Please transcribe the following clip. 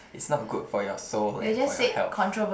it's not good for your soul and for your health